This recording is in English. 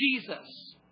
Jesus